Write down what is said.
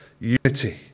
unity